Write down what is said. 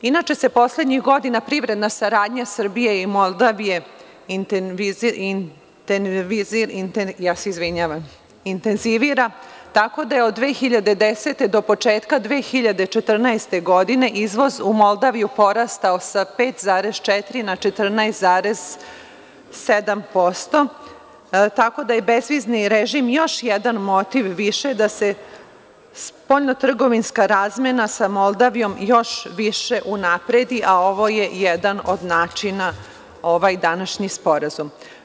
Inače se poslednjih godina privredna saradnja Srbije i Moldavije intenzivira, tako da je od 2010. godine do početka 2014. godine izvoz u Moldaviju porastao sa 5,4 na 14,7% tako da je bezvizni režim još jedan motiv više da se spoljno trgovinska razmena sa Moldavijom još više unapredi, a ovo je jedan od načina ovaj današnji sporazum.